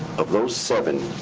of those seven,